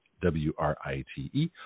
W-R-I-T-E